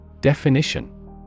Definition